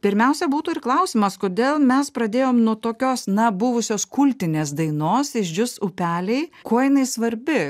pirmiausia būtų ir klausimas kodėl mes pradėjom nuo tokios na buvusios kultinės dainos išdžius upeliai kuo jinai svarbi